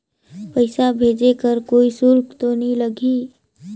पइसा भेज कर कोई शुल्क तो नी लगही?